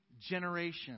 generation